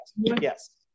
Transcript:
Yes